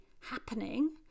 happening